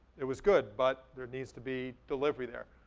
it was good, but there needs to be delivery there.